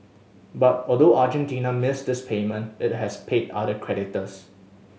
but although Argentina missed this payment it has paid other creditors